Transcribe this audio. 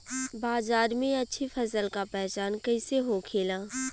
बाजार में अच्छी फसल का पहचान कैसे होखेला?